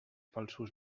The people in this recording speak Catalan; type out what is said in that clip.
falsos